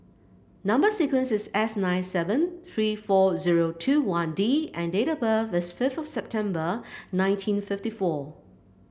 number sequence is S nine seven three four zero two one D and date of birth is fifth of September nineteen fifty four